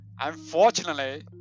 Unfortunately